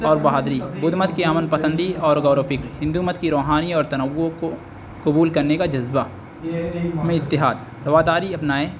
اور بہادری بدھ مت کی امن پسندی اور غور و فکر ہندو مت کی روحانی اور تنوع کو قبول کرنے کا جذبہ میں اتحاد رواداری اپنائیں